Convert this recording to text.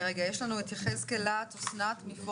יש לנו את אסנת יחזקאל להט מפורום